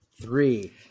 Three